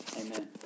Amen